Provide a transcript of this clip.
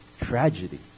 tragedy